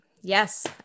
yes